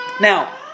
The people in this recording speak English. Now